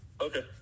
Okay